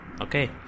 Okay